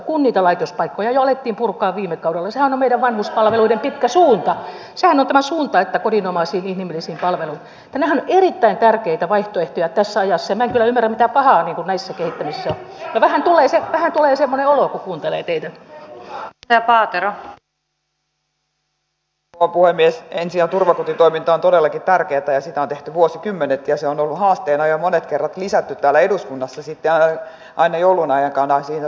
kun niitä laitospaikkoja jo heti purkaa viime kaudella se on meidän vanhuspalveluidenpitoisuutta seonnut omaisuutta ja kodinomaisia ihmisiä palvelu tänään itä tärkeitä vaihtui jätä sanasen henkilöiden tapaan kunnes löysi tämän naisen tulisi olla kuuntele ikinä huomioon otetaan koko julkisen talouden säästöt mainittujen säästötoimenpiteiden vaikutus opetus ja kulttuuriministeriön rahoitukseen on haaste ja monet kerrat lisätty täällä eduskunnassa sitä aina joulun aikana sillä